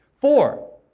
Four